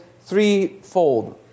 threefold